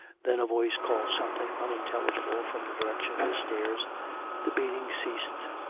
then a voice called something unintelligible from the direction of the stairs the beating ceased,